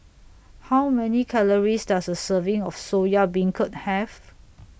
How Many Calories Does A Serving of Soya Beancurd Have